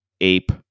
Ape